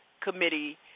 Committee